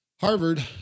Harvard